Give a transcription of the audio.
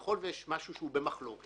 ככל ויש משהו שהוא במחלוקת,